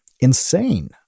insane